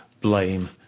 blame